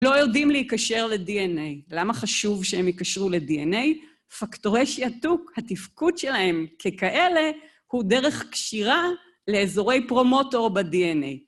לא יודעים להיקשר ל-DNA. למה חשוב שהם ייקשרו ל-DNA? פקטורי שעתוק, התפקוד שלהם ככאלה, הוא דרך קשירה לאזורי פרומוטור ב-DNA.